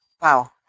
Wow